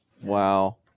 Wow